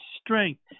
strength